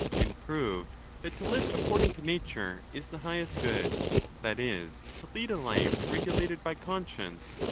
and proved that to live according to nature, is the highest good that is, to lead a life regulated by conscience,